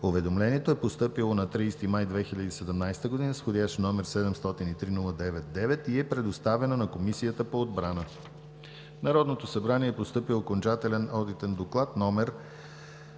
Уведомлението е постъпило на 30 май 2017 г. с вх. № 703-09-9 и е предоставено на Комисията по отбрана. В Народното събрание е постъпил окончателен Одитен доклад №